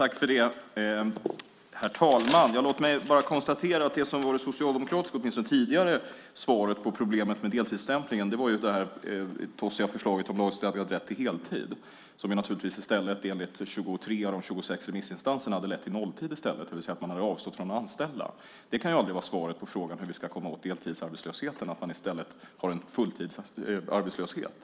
Herr talman! Jag ska bara konstatera att det som åtminstone var det tidigare svaret på problemet med deltidsstämplingen var det tossiga förslaget om lagstadgad rätt till heltid, som naturligtvis i stället enligt 23 av de 26 remissinstanserna hade lett till nolltid i stället, det vill säga att man hade avstått från att anställa. Det kan aldrig vara svaret på frågan hur vi ska komma åt deltidsarbetslösheten, alltså att man i stället har en fulltidsarbetslöshet.